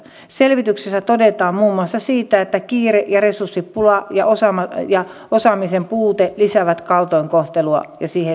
selvityksessä todetaan muun muassa että kiire resurssipula ja osaamisen puute lisäävät kaltoinkohtelua ja siihen liittyvää riskiä